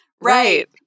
Right